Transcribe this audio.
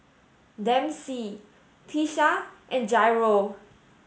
Dempsey Tisha and Jairo